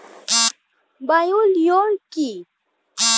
Bio lure কি?